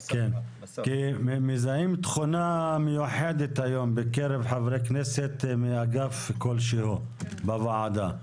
מזהים תכונה מיוחדת היום בקרב חברי הכנסת מאגף כלשהו בוועדה.